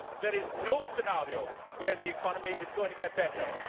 there is no scenario where the economy is going to get better.